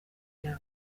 yawe